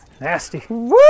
Nasty